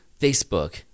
Facebook